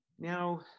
Now